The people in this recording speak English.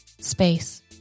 Space